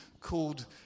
called